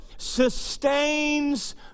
sustains